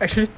actually